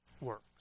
works